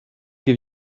give